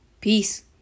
Peace